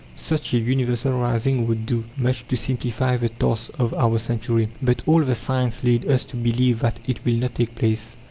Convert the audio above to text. such a universal rising would do much to simplify the task of our century. but all the signs lead us to believe that it will not take place.